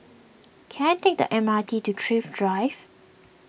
can I take the M R T to Thrift Drive